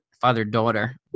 father-daughter